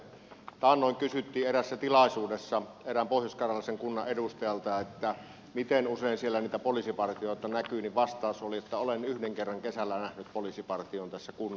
kun taannoin kysyttiin eräässä tilaisuudessa erään pohjoiskarjalaisen kunnan edustajalta että miten usein siellä niitä poliisipartioita näkyy niin vastaus oli että olen yhden kerran kesällä nähnyt poliisipartion tässä kunnassa